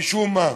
משום מה.